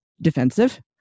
defensive